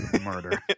murder